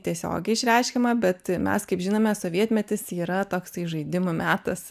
tiesiogiai išreiškiama bet mes kaip žinome sovietmetis yra toksai žaidimų metas